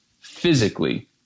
physically